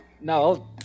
No